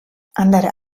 andere